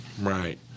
Right